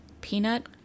peanut